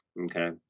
Okay